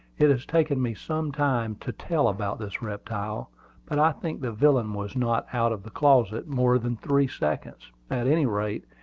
it has taken me some time to tell about this reptile but i think the villain was not out of the closet more than three seconds at any rate,